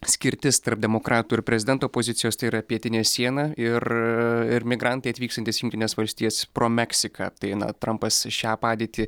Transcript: skirtis tarp demokratų ir prezidento pozicijos tai yra pietinė siena ir ir migrantai atvykstantys į jungtines valstijas pro meksiką tai na trampas šią padėtį